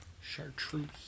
Chartreuse